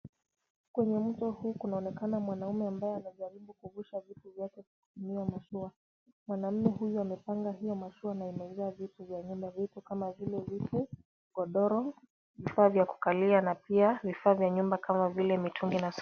Kwenye mto huu kunaonekana mwanamume ambaye anajaribu kuvusha vitu vyake kutumia mashua. Mwanamume huyu amepanga hiyo mashua na imejaa vitu vya nyumba, vitu kama vile visu, godoro, vifaa vya kukalia na pia vifaa vya nyumba kama vile mitungi na...